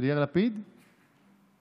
המחירים שעלו בחודשים האחרונים,